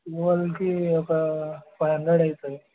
ఒక five hundred అవుతుంది